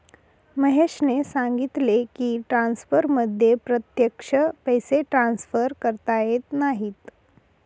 महेशने सांगितले की, ट्रान्सफरमध्ये प्रत्यक्ष पैसे ट्रान्सफर करता येत नाहीत